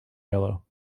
yellow